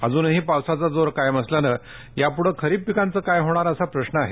अजुनही पावसाचा जोर कायम असल्यामुळे यापुढे खरीप पिकांचे काय होणार असा प्रश्न आहे